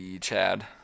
Chad